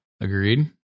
Agreed